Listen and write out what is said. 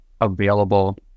available